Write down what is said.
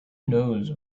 knows